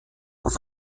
auf